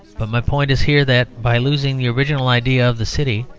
but my point is here that by losing the original idea of the city,